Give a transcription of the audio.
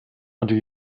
under